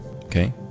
okay